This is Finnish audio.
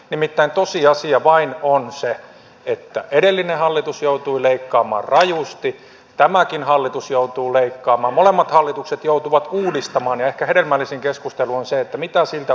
nimittäin tosiasia vain on se että edellinen hallitus joutui leikkaamaan rajusti tämäkin hallitus joutuu leikkaamaan molemmat hallitukset joutuvat uudistamaan ja ehkä hedelmällisin keskustelu on se että mitä siltä uudistukselta haemme